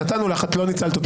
נתנו לך, את לא ניצלת אותה.